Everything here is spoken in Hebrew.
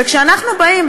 וכשאנחנו באים,